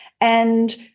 And-